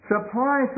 Supply